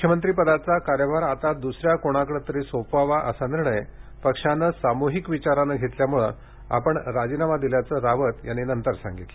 मुख्यमंत्रीपदाचा कार्यभार आता दुसऱ्या कोणाकडं तरी सोपवावा असा निर्णय पक्षानं सामूहिक विचारानं घेतल्यामुळं आपण राजिनामा दिल्याचं रावत यांनी नंतर सांगितलं